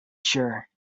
sure